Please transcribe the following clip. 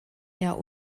eher